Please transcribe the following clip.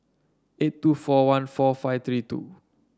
eight two four one four five three two